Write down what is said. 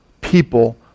people